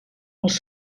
els